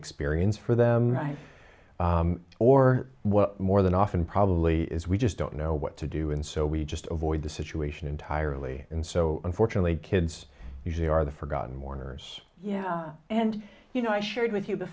experience for them or more than often probably is we just don't know what to do and so we just avoid the situation entirely and so unfortunately kids usually are the forgotten mourners yeah and you know i shared with you